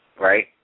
Right